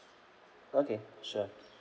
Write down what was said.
okay sure